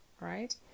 right